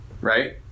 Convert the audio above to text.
right